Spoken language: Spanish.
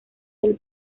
del